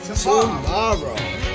tomorrow